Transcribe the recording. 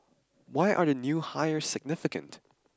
why are the new hires significant